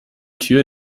tür